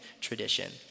tradition